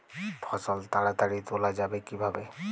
ফসল তাড়াতাড়ি তোলা যাবে কিভাবে?